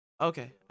Okay